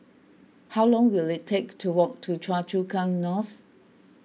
how long will it take to walk to Choa Chu Kang North